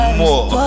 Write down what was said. more